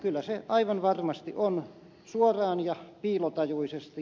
kyllä se aivan varmasti on suoraan ja piilotajuisesti